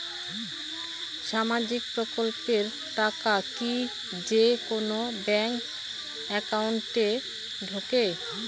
সামাজিক প্রকল্পের টাকা কি যে কুনো ব্যাংক একাউন্টে ঢুকে?